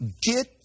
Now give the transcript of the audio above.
get